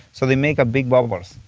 so they make big bubbles.